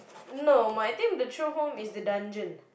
no my think the true home is the dungeon